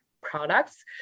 products